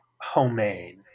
homemade